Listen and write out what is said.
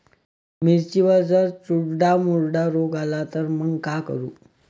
मिर्चीवर जर चुर्डा मुर्डा रोग आला त मंग का करू?